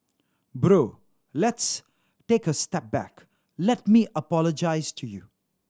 bro let's take a step back let me apologize to you